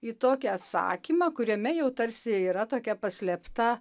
į tokį atsakymą kuriame jau tarsi yra tokia paslėpta